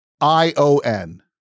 I-O-N